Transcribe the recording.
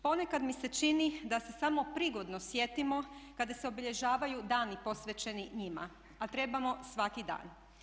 Ponekad mi se čini da se samo prigodno sjetimo kada se obilježavaju dani posvećeni njima, a trebamo svaki dan.